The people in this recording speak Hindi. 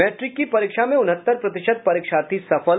मैट्रिक की परीक्षा में उनहत्तर प्रतिशत परीक्षार्थी सफल